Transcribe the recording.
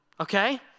Okay